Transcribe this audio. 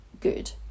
good